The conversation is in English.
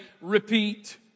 repeat